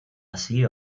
así